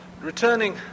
Returning